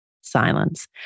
Silence